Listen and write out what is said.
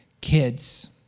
kids